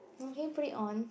no can you put it on